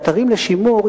האתרים לשימור,